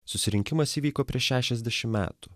susirinkimas įvyko prieš šešiasdešim metų